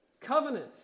covenant